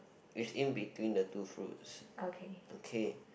which in between the two fruits okay